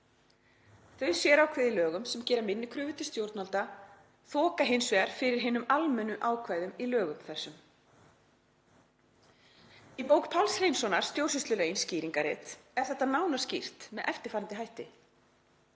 „Þau sérákvæði í lögum, sem gera minni kröfur til stjórnvalda, þoka hins vegar fyrir hinum almennu ákvæðum í lögum þessum. Í bók Páls Hreinssonar, Stjórnsýslulögin: skýringarrit, er þetta nánar skýrt með eftirfarandi hætti: